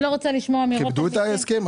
כיבדו את ההסכם?